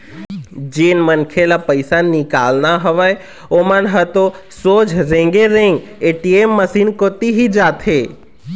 जेन मनखे ल पइसा निकालना हवय ओमन ह तो सोझ रेंगे रेंग ए.टी.एम मसीन कोती ही जाथे